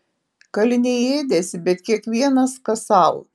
kaliniai ėdėsi bet kiekvienas kas sau